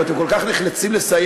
אם אתם כל כך נחלצים לסייע,